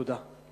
תודה.